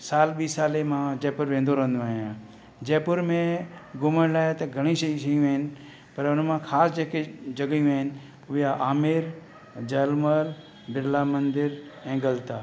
सालु ॿीं सालें मां जयपुर वेंदो रहंदो आहियां जयपुर में घुमण लाइ त घणियूं सॼी शयूं आहिनि पर उन मां ख़ासि जेके जॻहियूं आहिनि उहे आहे आमेर जल महल बिरला मंदरु ऐं गलता